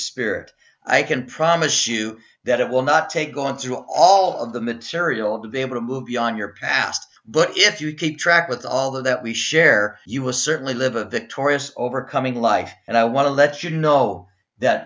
spirit i can promise you that it will not take going through all of the material to be able to move beyond your past but if you keep track with all that we share you will certainly live a victorious overcoming life and i want to let you know that